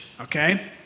okay